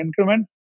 increments